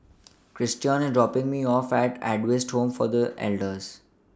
Christion IS dropping Me off At Adventist Home For The Elders